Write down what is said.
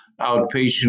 outpatient